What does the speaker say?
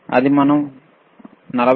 అది మనం 49